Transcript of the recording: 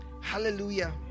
Hallelujah